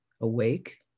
awake